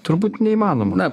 turbūt neįmanoma